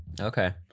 Okay